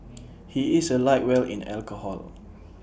he is A lightweight in alcohol